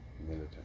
military